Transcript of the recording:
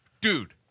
Dude